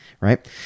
right